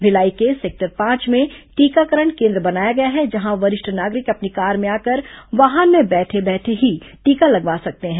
भिलाई के सेक्टर पांच में टीकाकरण केन्द्र बनाया गया है जहां वरिष्ठ नागरिक अपनी कार में आकर वाहन में बैठे बैठे ही टीका लगवा सकते हैं